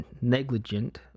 negligent